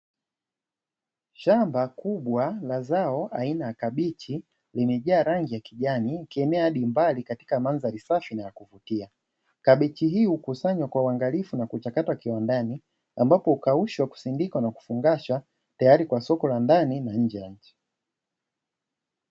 Shamba kubwa la zao aina ya kabichi, limejaa rangi ya kijani, ikienea hadi mbali katika mandhari safi na ya kuvutia. Kabichi hii hukusanywa kwa uangalifu na kuchakatwa kiwandani, ambapo hukaushwa, kusindikwa na kufungashwa, tayari kwa soko la ndani na nje ya nchi.